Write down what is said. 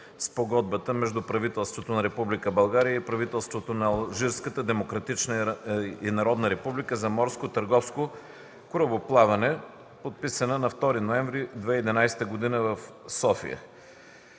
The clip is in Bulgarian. Спогодбата между правителството на Народна република България и правителството на Алжирската демократична и народна република за морско търговско корабоплаване, подписана на 2 ноември 2011 г. в София.